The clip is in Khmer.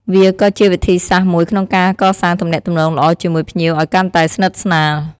វាក៏ជាវិធីសាស្ត្រមួយក្នុងការកសាងទំនាក់ទំនងល្អជាមួយភ្ញៀវឱ្យកាន់តែស្និទ្ធស្នាល។